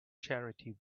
charity